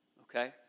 Okay